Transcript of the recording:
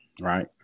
right